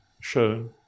shown